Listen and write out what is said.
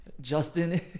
Justin